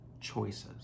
choices